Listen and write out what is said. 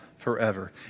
forever